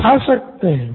बिलकुल यही बात है